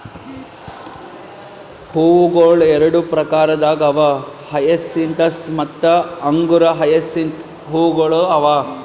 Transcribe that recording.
ಹೂವುಗೊಳ್ ಎರಡು ಪ್ರಕಾರದಾಗ್ ಅವಾ ಹಯಸಿಂತಸ್ ಮತ್ತ ಅಂಗುರ ಹಯಸಿಂತ್ ಹೂವುಗೊಳ್ ಅವಾ